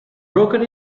broken